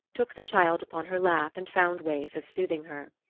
took the child upon her lap and found ways of soothing her.